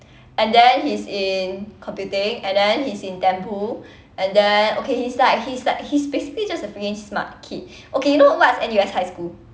and then he's in computing and then he's in and then okay he's like he's like he's basically just a freaking smart kid okay you know what's N_U_S highschool